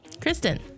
Kristen